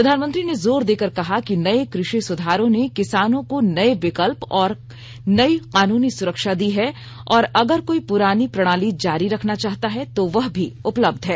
प्रधानमंत्री ने जोर देकर कहा कि नए कृषि सुधारों ने किसानों को नए विकल्प और नई कानूनी सुरक्षा दी है और अगर कोई पुरानी प्रणाली जारी रखना चाहता है तो वह भी उपलब्ध है